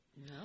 No